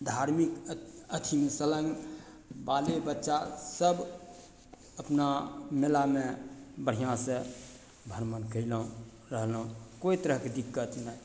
धार्मिक अथी सलन बाले बच्चा सब अपना मेलामे बढ़िआँसँ भ्रमण कयलहुँ रहलहुँ कोइ तरहके दिक्कत नहि